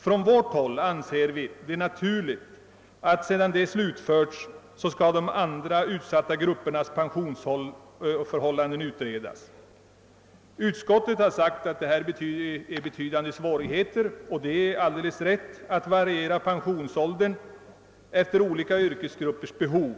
Från vårt häll anser vi det naturligt att sedan detta utredningsarbete slutförts skall frågan om andra utsatta gruppers pensionsförhållanden även utredas. Utskottet har framhållit att det erbjuder betydande svårigheter att variera pensionsåldern efter olika yrkesgruppers behov.